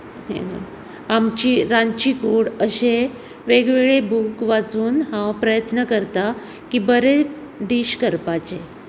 आमची रांदची कूड अशें वेग वेगळे बुक वाचून हांव प्रयत्न करता की बरें दीश करपाचे